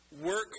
work